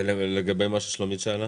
ולגבי מה ששלומית שאלה?